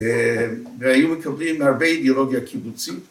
‫והיו מקבלים הרבה ‫אידיאולוגיה קיבוצית.